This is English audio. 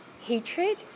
hatred